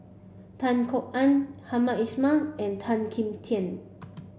Tan Kok Ann Hamed Ismail and Tan Kim Tian